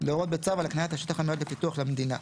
להורות בצו על הקניית השטח המיועד לפיתוח למדינה,